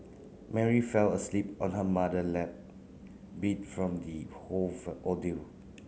Mary fell asleep on her mother lap beat from the whole ordeal